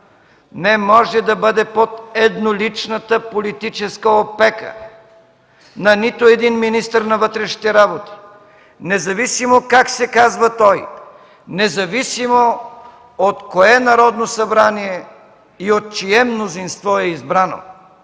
не могат да бъдат под едноличната политическа опека на нито един министър на вътрешните работи, независимо как се казва той, независимо от кое Народно събрание е и от чие мнозинство е избран.